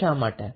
આવું શા માટે